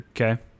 Okay